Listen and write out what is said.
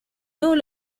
todos